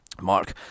Mark